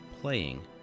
playing